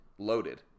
loaded